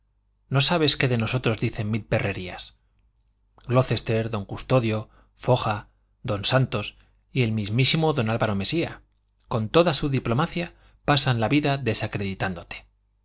no sabes que de nosotros dicen mil perrerías glocester don custodio foja don santos y el mismísimo don álvaro mesía con toda su diplomacia pasan la vida desacreditándote